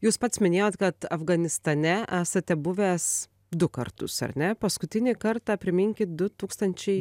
jūs pat minėjot kad afganistane esate buvęs du kartus ar ne paskutinį kartą priminkit du tūkstančiai